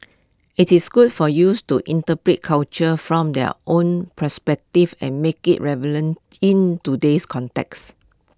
IT is good for youth to interpret culture from their own perspective and make IT in today's context